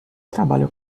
trabalha